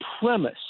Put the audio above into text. premise